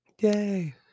Yay